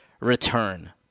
return